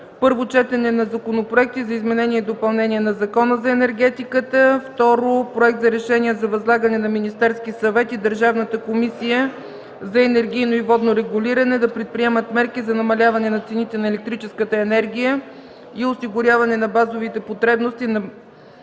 първо четене на законопроекти за изменение и допълнение на Закона за енергетиката, второ – Проект за решение за възлагане на Министерския съвет и Държавната комисия за енергийно и водно регулиране да предприемат мерки за намаляване на цените на електрическата енергия и осигуряване на базовите потребности от енергия на